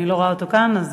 ואני לא רואה אותו כאן.